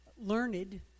learned